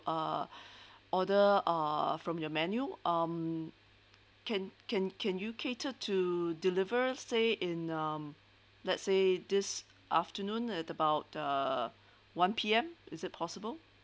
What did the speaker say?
uh order uh from your menu um can can can you cater to deliver say in um let's say this afternoon at about uh one P_M is it possible